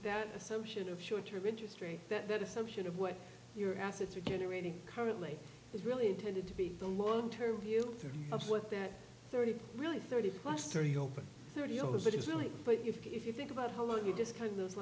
that association of short term interest rates that assumption of what your assets are generating currently is really intended to be the long term view of what that thirty really thirty plus thirty open thirty dollars it is really but if you think about what you just kind of